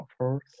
offers